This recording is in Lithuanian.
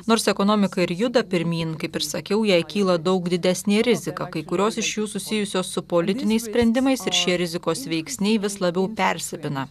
nors ekonomika ir juda pirmyn kaip ir sakiau jai kyla daug didesnė rizika kai kurios iš jų susijusios su politiniais sprendimais ir šie rizikos veiksniai vis labiau persipina